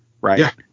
Right